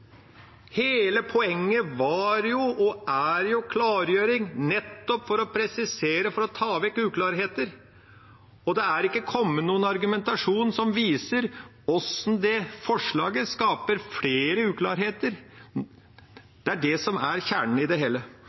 Hele poenget var og er jo klargjøring, nettopp for å presisere, for å ta vekk uklarheter. Det er ikke kommet noen argumentasjon som viser hvordan det forslaget skaper flere uklarheter. Det er det som er kjernen i det hele.